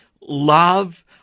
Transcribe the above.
love